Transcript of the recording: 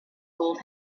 gold